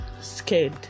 scared